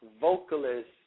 vocalist